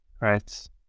right